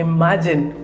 Imagine